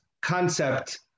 concept